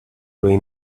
rain